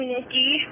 Nikki